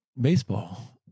baseball